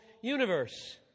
universe